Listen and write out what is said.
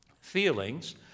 feelings